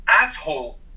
asshole